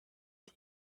die